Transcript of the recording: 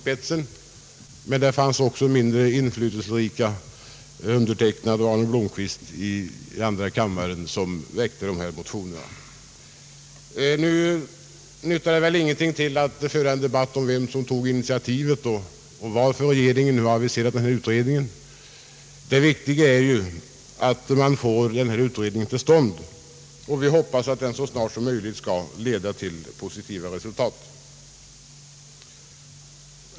Det fanns också motioner med mindre inflytelserika namn, t.ex. de som väcktes av mig i första kammaren och herr Arne Blomkvist i andra kammaren. Det tjänar väl nu inget vettigt syfte att diskutera frågan om vem som tog initiativet och varför regeringen nu tillsätter den här utredningen. Det viktiga är ju att utredningen kommer till stånd, och jag hoppas att den så snart som möjligt skall leda till positivt resultat.